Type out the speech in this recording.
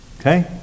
Okay